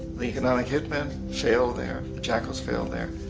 the economic hit men failed there. the jackals failed there.